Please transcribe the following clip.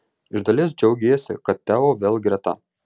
iš dalies džiaugiesi kad teo vėl greta